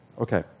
Okay